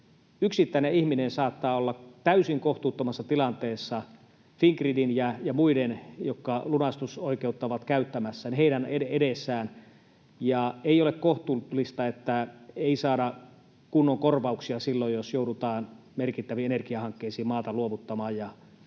Yksittäinen ihminen saattaa olla täysin kohtuuttomassa tilanteessa Fingridin ja muiden, jotka lunastusoikeutta ovat käyttämässä, edessä. Ja ei ole kohtuullista, että ei saada kunnon korvauksia silloin, jos joudutaan merkittäviin energiahankkeisiin luovuttamaan maata ja